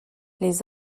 les